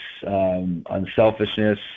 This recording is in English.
unselfishness